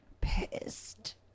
pissed